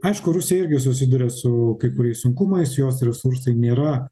aišku rusija irgi susiduria su kai kuriais sunkumais jos resursai nėra